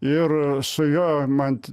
ir su juo man